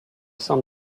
sam